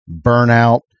burnout